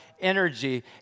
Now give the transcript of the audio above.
energy